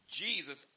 Jesus